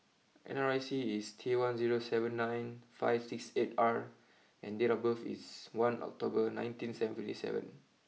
N R I C is T one zero seven nine five six eight R and date of birth is one October nineteen seventy seven